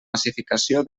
massificació